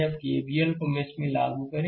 अब KVL को mesh में लागू करें